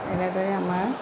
এনেদৰে আমাৰ